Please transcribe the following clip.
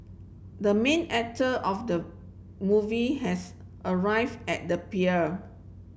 the main actor of the movie has arrive at the pier